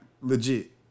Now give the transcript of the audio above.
legit